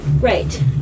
Right